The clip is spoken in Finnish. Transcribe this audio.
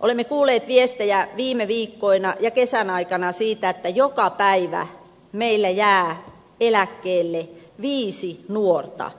olemme kuulleet viestejä viime viikkoina ja kesän aikana siitä että joka päivä meillä jää eläkkeelle viisi nuorta